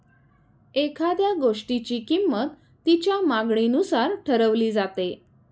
एखाद्या गोष्टीची किंमत तिच्या मागणीनुसार ठरवली जाते